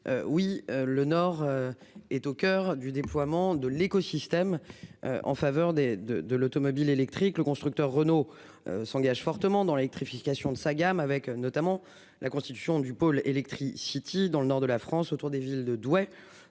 Oui le nord. Est au coeur du déploiement de l'écosystème. En faveur des de de l'automobile électrique, le constructeur Renault. S'engage fortement dans l'électrification de sa gamme avec notamment la constitution du pôle Electricity dans le nord de la France autour des villes de Douai